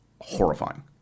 horrifying